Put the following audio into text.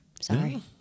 Sorry